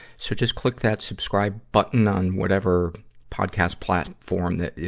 so just click that subscribe button on whatever podcast platform that, yeah